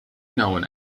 known